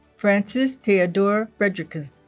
francis theidor fredrickson